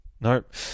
Nope